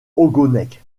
ogonek